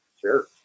Sure